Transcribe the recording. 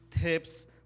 tips